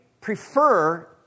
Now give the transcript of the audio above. prefer